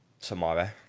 tomorrow